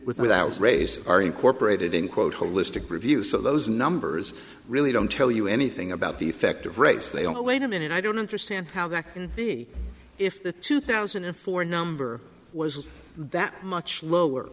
without race are incorporated in quote holistic review so those numbers really don't tell you anything about the effect of race they all wait a minute i don't understand how that can be if the two thousand and four number wasn't that much lower